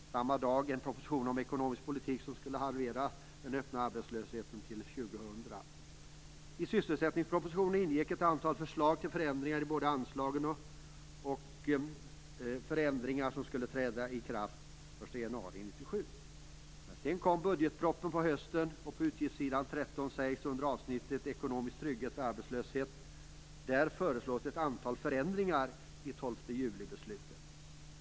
Samma dag kom det en proposition om en ekonomisk politik som skulle halvera den öppna arbetslösheten till år 2000. I sysselsättningspropositionen ingick ett antal förslag till förändringar i anslagen och förändringar som skulle träda i kraft den 1 januari 1997. Men sedan kom budgetpropositionen under hösten, och vid utgiftsområde 13 under avsnittet Ekonomisk trygghet vid arbetslöshet föreslås ett antal förändringar i 12 juli-beslutet.